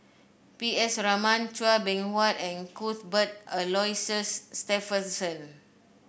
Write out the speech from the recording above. P S Raman Chua Beng Huat and Cuthbert Aloysius Shepherdson